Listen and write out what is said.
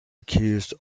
accused